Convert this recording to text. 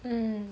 mm